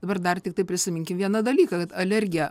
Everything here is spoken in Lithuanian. dabar dar tiktai prisiminkim vieną dalyką kad alergija